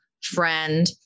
friend